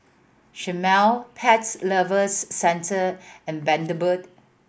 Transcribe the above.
Chomel Pets Lovers Centre and Bundaberg